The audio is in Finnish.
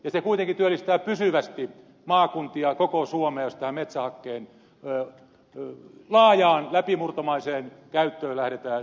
se kuitenkin työllistää pysyvästi maakuntia koko suomessa jos metsähakkeen laajaan läpimurtomaiseen käyttöön lähdetään tosimielellä liikkeelle